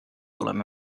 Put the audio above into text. oleme